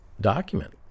document